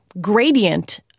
gradient